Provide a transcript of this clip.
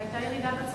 והיתה ירידה בצריכה,